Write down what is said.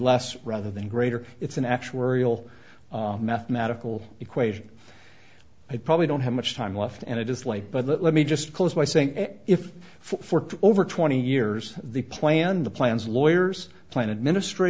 less rather than greater it's an actuarial mathematical equation i probably don't have much time left and it is late but let me just close by saying if for over twenty years the plan the plans lawyers plan administr